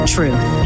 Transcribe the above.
Truth